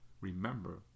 remember